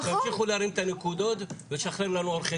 שימשיכו להרים את הנקודות ותשחרר לנו עורכי